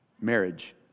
marriage